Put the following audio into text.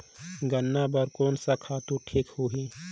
गन्ना बार कोन सा खातु ठीक होही?